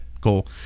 cool